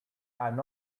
and